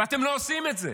ואתם לא עושים את זה.